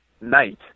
night